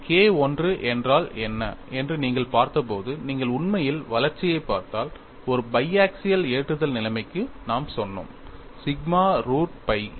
K I என்றால் என்ன என்று நீங்கள் பார்த்தபோது நீங்கள் உண்மையில் வளர்ச்சியைப் பார்த்தால் ஒரு பைஆக்சியல் ஏற்றுதல் நிலைமைக்கு நாம் சொன்னோம் சிக்மா ரூட் phi a